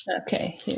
Okay